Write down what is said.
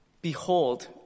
behold